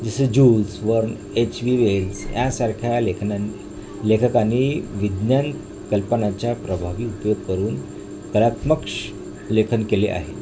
जसं Jules Verne H G Wells यासारख्या लेखना लेखकांनी विज्ञान कल्पनाच्या प्रभावी उपयोग करून कलात्मक लेखन केले आहे